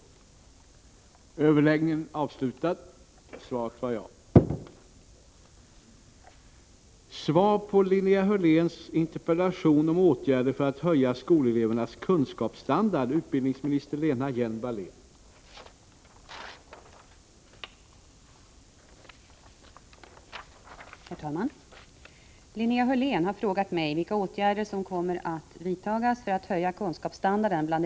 höja skolelevernas kunskapsstandard